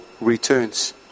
returns